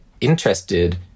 interested